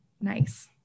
nice